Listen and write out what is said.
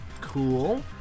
Cool